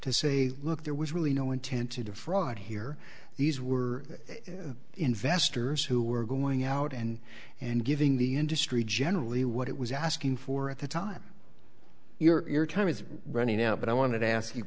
to say look there was really no intent to defraud here these were investors who were going out and and giving the industry generally what it was asking for at the time your time is running out but i wanted to ask you